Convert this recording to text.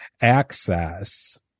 access